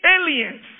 aliens